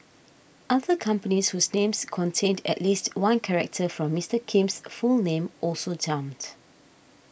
other companies whose names contained at least one character from Mister Kim's full name also jumped